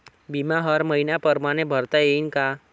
बिमा हर मइन्या परमाने भरता येऊन का?